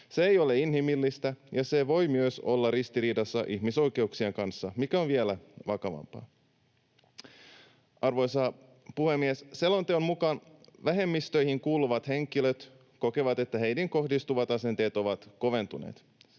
Se ei ole inhimillistä, ja se voi myös olla ristiriidassa ihmisoikeuksien kanssa, mikä on vielä vakavampaa. Arvoisa puhemies! Selonteon mukaan vähemmistöihin kuuluvat henkilöt kokevat, että heihin kohdistuvat asenteet ovat koventuneet.